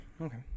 okay